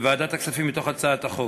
בוועדת הכספים מתוך הצעת החוק,